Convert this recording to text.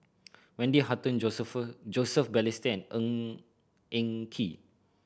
Wendy Hutton Joseph Joseph Balestier and Ng Eng Kee